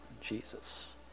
Jesus